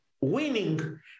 winning